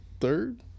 third